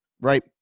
Right